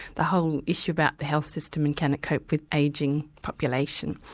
the whole issue about the health system and can it cope with ageing population.